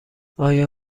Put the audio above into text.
آیا